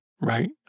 right